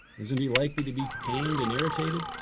isn't he likely to be pained and irritated?